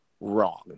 wrong